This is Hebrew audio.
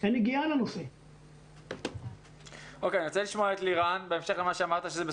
אני אגיד מה הייתי שמח לשמוע ממשרד החינוך.